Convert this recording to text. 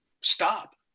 stop